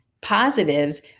positives